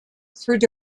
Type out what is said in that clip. through